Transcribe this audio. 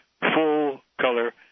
full-color